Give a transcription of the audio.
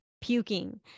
puking